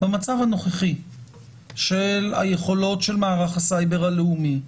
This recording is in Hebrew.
במצב הנוכחי של היכולות של מערך הסייבר הלאומי,